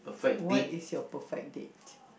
what is your perfect date